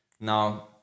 Now